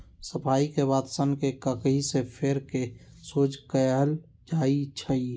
सफाई के बाद सन्न के ककहि से फेर कऽ सोझ कएल जाइ छइ